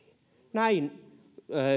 näin